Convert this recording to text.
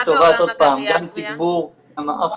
לטובת גם תגבור המערך